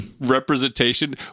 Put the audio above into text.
representation